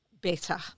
better